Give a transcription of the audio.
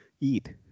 eat